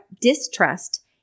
distrust